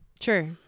Sure